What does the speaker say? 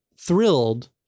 thrilled